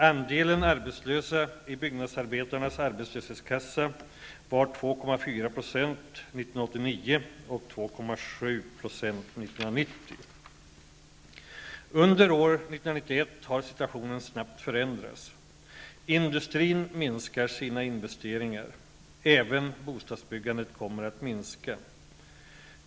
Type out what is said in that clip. Under år 1991 har situationen snabbt förändrats. Industrin minskar sina investeringar. Även bostadsbyggandet kommer att minska.